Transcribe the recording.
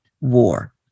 War